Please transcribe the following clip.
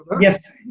Yes